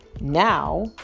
Now